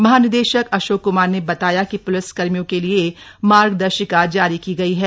महानिदेशक अशोक क्मार ने बताया कि प्लिकर्मियों के लिए मार्गदर्शिका जारी की गई है